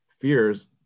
fears